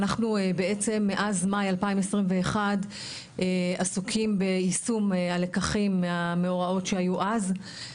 אנחנו בעצם מאז מאי 2021 עסוקים ביישום הלקחים מהמאורעות שהיו אז.